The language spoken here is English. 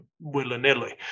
willy-nilly